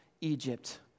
Egypt